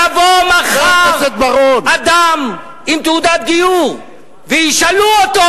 יבוא מחר אדם עם תעודת גיור וישאלו אותו: